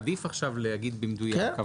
עדיף עכשיו להגיד במדויק,